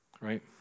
right